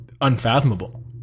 unfathomable